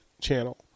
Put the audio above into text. channel